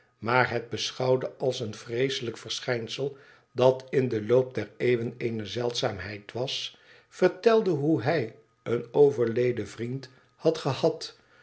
maar het beschouwde als een vreeselijk verschijnsel dat in den loop der eeuwen eene zeldzaamheid was vertelde hoe hij een overleden vriend had gehad